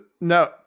No